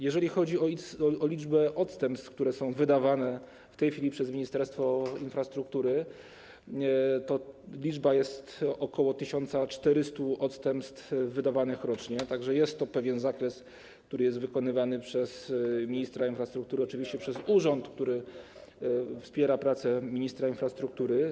Jeżeli chodzi o liczbę odstępstw, które są wydawane w tej chwili przez Ministerstwo Infrastruktury, to jest to ok. 1400 odstępstw wydawanych rocznie, tak że jest to pewien zakres, który jest wykonywany przez ministra infrastruktury, oczywiście przez urząd, który wspiera pracę ministra infrastruktury.